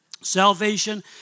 Salvation